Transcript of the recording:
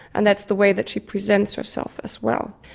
and that's the way that she presents herself as well.